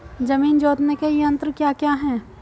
जमीन जोतने के यंत्र क्या क्या हैं?